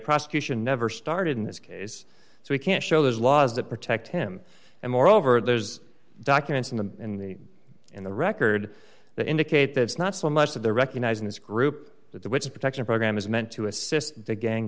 prosecution never started in this case so we can't show there's laws that protect him and moreover there's documents in the in the in the record that indicate that it's not so much that they're recognizing this group that the witch protection program is meant to assist the gang